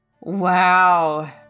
Wow